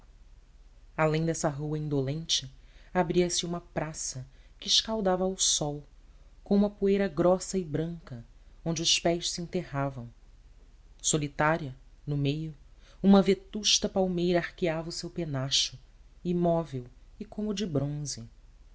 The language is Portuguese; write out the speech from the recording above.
além dessa rua indolente abria-se uma praça que escaldava ao sol com uma poeira grossa e branca onde os pés se enterravam solitária no meio uma vetusta palmeira arqueava o seu penacho imóvel e como de bronze